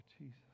Jesus